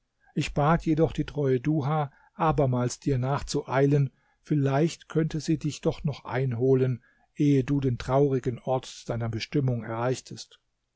ich bat jedoch die treue duha abermals dir nachzueilen vielleicht könnte sie dich doch noch einholen ehe du den traurigen ort deiner bestimmung erreichtest